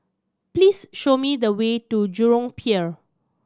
please show me the way to Jurong Pier